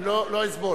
אני לא אסבול.